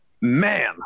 Man